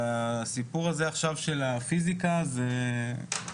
והסיפור הזה עכשיו של הפיזיקה זה פגיעה